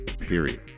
Period